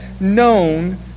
Known